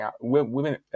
women